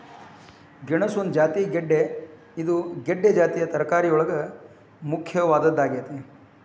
ಗೆಣಸ ಒಂದು ಜಾತಿಯ ಗೆಡ್ದೆ ಇದು ಗೆಡ್ದೆ ಜಾತಿಯ ತರಕಾರಿಯೊಳಗ ಮುಖ್ಯವಾದದ್ದಾಗೇತಿ